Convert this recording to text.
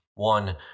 one